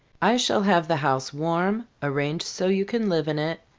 i shall have the house warm, arranged so you can live in it,